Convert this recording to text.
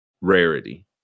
rarity